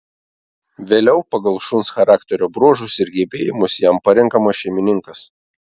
vėliau pagal šuns charakterio bruožus ir gebėjimus jam parenkamas šeimininkas